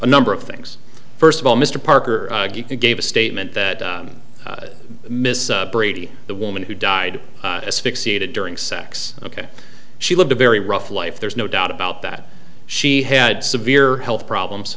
a number of things first of all mr parker gave a statement that ms brady the woman who died as fixated during sex ok she lived a very rough life there's no doubt about that she had severe health problems